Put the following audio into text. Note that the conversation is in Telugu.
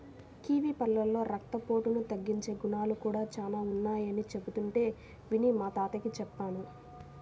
కివీ పళ్ళలో రక్తపోటును తగ్గించే గుణాలు కూడా చానా ఉన్నయ్యని చెబుతుంటే విని మా తాతకి చెప్పాను